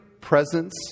presence